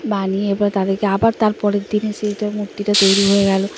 বানিয়ে এরপর তাদেরকে আবার তার পরের দিন এসে টা মূর্তিটা তৈরি হয়ে গেল